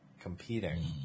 competing